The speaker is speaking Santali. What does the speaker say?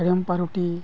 ᱦᱮᱲᱮᱢ ᱯᱟᱣᱨᱩᱴᱤ